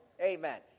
Amen